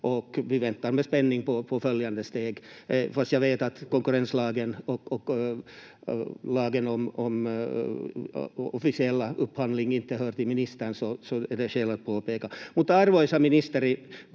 vi väntar med spänning på följande steg. Fastän jag vet att konkurrenslagen och lagen om officiell upphandling inte hör till ministern så är det skäl att påpeka. Mutta, arvoisa ministeri,